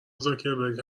زاکبرک